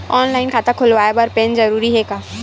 Online खाता खुलवाय बर पैन जरूरी हे का?